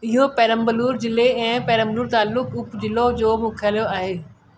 इहो पेरंबलुर जिले ऐं पेरंबलुर तालुक उप जिलो जो मुख्यालय आहे